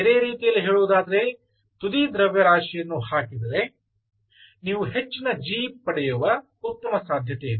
ಬೇರೆ ರೀತಿಯಲ್ಲಿ ಹೇಳುವುದಾದರೆ ತುದಿ ದ್ರವ್ಯರಾಶಿಯನ್ನು ಹಾಕಿದರೆ ನೀವು ಹೆಚ್ಚಿನ G ಪಡೆಯುವ ಉತ್ತಮ ಸಾಧ್ಯತೆಯಿದೆ